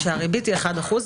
כאשר הריבית היא אחד אחוז.